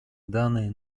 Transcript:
данные